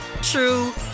true